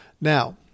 Now